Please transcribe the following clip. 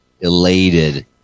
elated